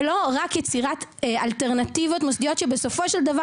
ולא רק יצירת אלטרנטיבות מוסדיות שבסופו של דבר,